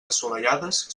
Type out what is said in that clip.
assolellades